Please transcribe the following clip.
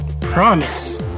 Promise